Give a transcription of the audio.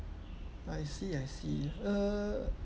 I see I see uh